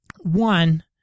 One